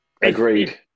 Agreed